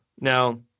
now